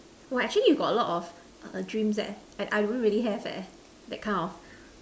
!wah! actually you got a lot of dreams eh I don't really have eh that kind of